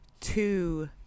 two